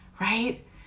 right